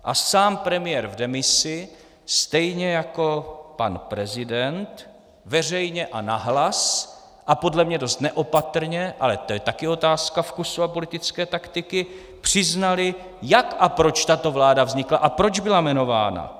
A sám premiér v demisi stejně jako pan prezident veřejně a nahlas a podle mě dost neopatrně, ale to je taky otázka vkusu a politické taktiky, přiznali, jak a proč tato vláda vznikla a proč byla jmenována.